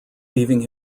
leaving